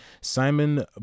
Simon